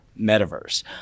metaverse